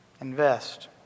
Invest